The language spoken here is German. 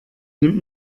nimmt